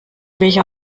welcher